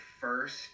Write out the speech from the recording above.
first